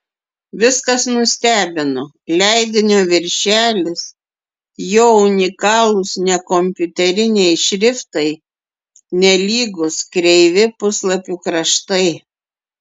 viskas nustebino leidinio viršelis jo unikalūs nekompiuteriniai šriftai nelygūs kreivi puslapių kraštai